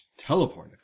Teleported